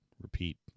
repeat